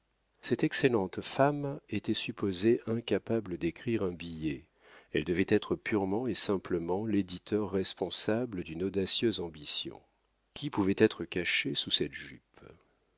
cette excellente femme était supposée incapable d'écrire un billet elle devait être purement et simplement l'éditeur responsable d'une audacieuse ambition qui pouvait être caché sous cette jupe